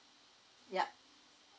yup